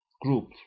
group